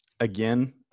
again